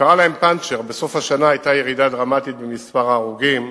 קרה להם פנצ'ר בסוף השנה היתה ירידה דרמטית במספר ההרוגים.